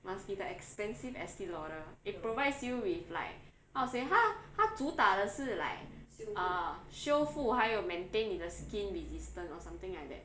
must be the expensive Estee Lauder it provides you with like how to say 它它主打的是 like uh 修复还有 maintain 你的 skin resistant or something like that